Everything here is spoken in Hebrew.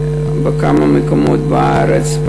בכמה מקומות בארץ,